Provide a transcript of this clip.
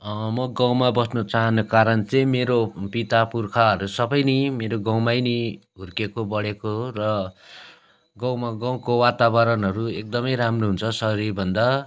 म गाउँमा बस्न चाहनुको कारण चाहिँ मेरो पितापुर्खाहरू सबै नै मेरो गाउँमै नै हुर्केको बढेको हो र गाउँमा गाउँको वातावरणहरू एकदमै राम्रो हुन्छ सहरीभन्दा